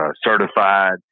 certified